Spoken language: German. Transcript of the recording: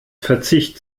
verzicht